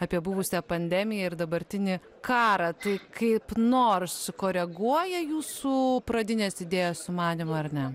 apie buvusią pandemiją ir dabartinį karą tai kaip nors koreguoja jūsų pradinės idėjos sumanymą ar ne